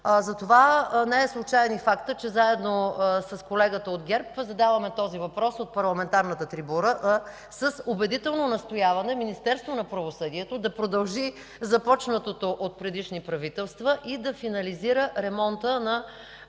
Затова не е случаен и фактът, че заедно с колегата от ГЕРБ задаваме този въпрос от парламентарната трибуна с убедително настояване Министерството на правосъдието да продължи започнатото от предишни правителство и да финализира ремонта на